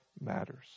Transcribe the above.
matters